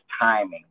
timing